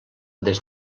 des